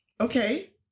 okay